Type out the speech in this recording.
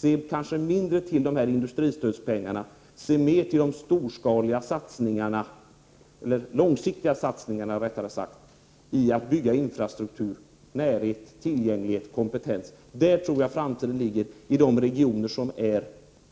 Se kanske mindre till industristödspengar och mer till de långsiktiga satsningarna på att bygga infrastruktur, närhet, tillgänglighet och kompetens! På de områdena ligger framtiden för de regioner som är